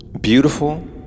beautiful